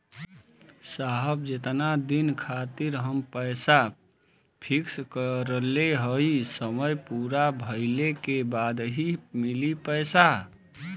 साहब जेतना दिन खातिर हम पैसा फिक्स करले हई समय पूरा भइले के बाद ही मिली पैसा?